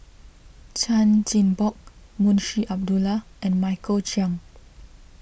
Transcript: Chan Chin Bock Munshi Abdullah and Michael Chiang